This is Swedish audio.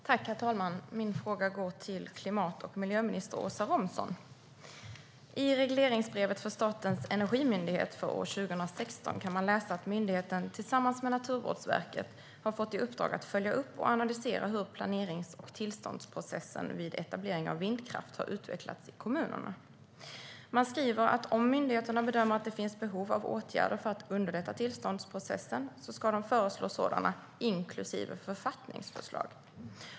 Herr talman! Min fråga går till klimat och miljöminister Åsa Romson. I regleringsbrevet för Statens energimyndighet för år 2016 står att läsa att myndigheten tillsammans med Naturvårdsverket har fått i uppdrag att följa upp och analysera hur planerings och tillståndsprocessen vid etablering av vindkraft har utvecklats i kommunerna. Man skriver att om myndigheterna bedömer att det finns behov av åtgärder för att underlätta tillståndsprocessen ska de föreslå sådana, inklusive författningsförslag.